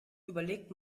überlegt